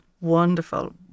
wonderful